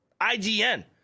IGN